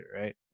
right